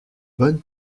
bonne